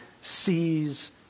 sees